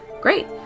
Great